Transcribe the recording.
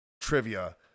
trivia